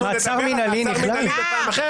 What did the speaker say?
נדבר על זה בפעם אחרת.